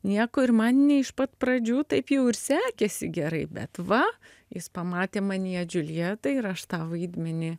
nieko ir man ne iš pat pradžių taip jau ir sekėsi gerai bet va jis pamatė manyje džiuljetą ir aš tą vaidmenį